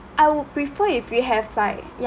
I would prefer if you have like ya